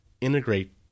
integrate